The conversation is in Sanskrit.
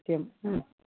सत्यम्